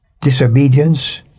disobedience